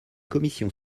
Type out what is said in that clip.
commission